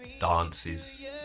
dances